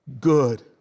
good